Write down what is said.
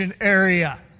area